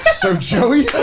so joey